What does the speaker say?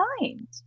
mind